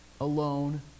alone